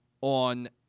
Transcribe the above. on